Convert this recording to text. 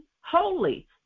holy